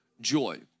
joy